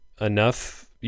enough